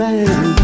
Man